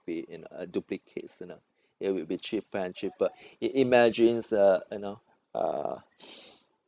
be in a duplicate you know it will be cheaper and cheaper it imagines uh you know uh